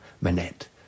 Manette